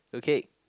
okay